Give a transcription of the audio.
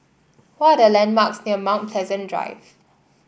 what are the landmarks near Mount Pleasant Drive